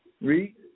Read